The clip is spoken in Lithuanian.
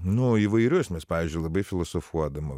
nu įvairius mes pavyzdžiui labai filosofuodavom